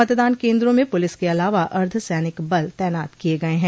मतदान केन्द्रों में पुलिस के अलावा अर्द्वसैनिक बल तैनात किये गये हैं